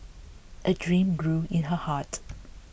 a dream grew in her heart